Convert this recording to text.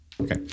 okay